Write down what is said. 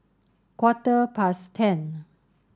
quarter past ten